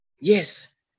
yes